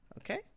Okay